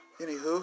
Anywho